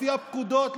לפי הפקודות,